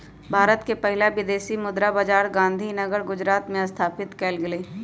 भारत के पहिला विदेशी मुद्रा बाजार गांधीनगर गुजरात में स्थापित कएल गेल हइ